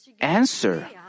answer